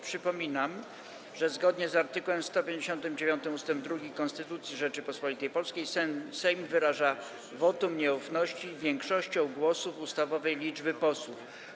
Przypominam, że zgodnie z art. 159 ust. 2 Konstytucji Rzeczypospolitej Polskiej Sejm wyraża wotum nieufności większością głosów ustawowej liczby posłów.